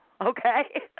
okay